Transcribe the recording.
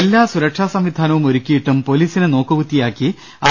എല്ലാ സുരക്ഷാ സംവിധാനവും ഒരുക്കിയിട്ടും പോലീസിനെ നോക്കുകുത്തിയാക്കി ആർ